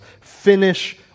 Finish